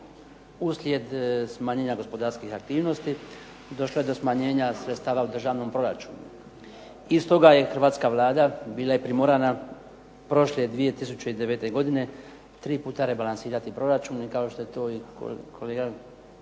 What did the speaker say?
uslijed smanjenja gospodarskih aktivnosti došlo je do smanjenja sredstava u državnom proračunu. I stoga je hrvatska Vlada bila primorana prošle 2009. godine tri puta rebalansirati proračun i kao što je to i kolega